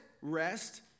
rest